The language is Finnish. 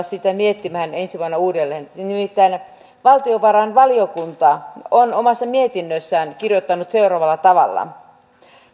sitä miettimään ensi vuonna uudelleen nimittäin valtiovarainvaliokunta on omassa mietinnössään kirjoittanut seuraavalla tavalla